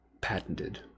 patented